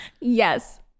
yes